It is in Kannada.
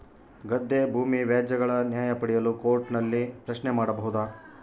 ಗದ್ದೆ ಭೂಮಿ ವ್ಯಾಜ್ಯಗಳ ನ್ಯಾಯ ಪಡೆಯಲು ಕೋರ್ಟ್ ನಲ್ಲಿ ಪ್ರಶ್ನೆ ಮಾಡಬಹುದಾ?